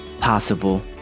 possible